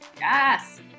Yes